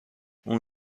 اون